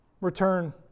return